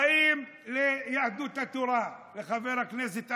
באים ליהדות התורה, לחבר הכנסת אייכלר,